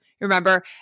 Remember